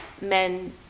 men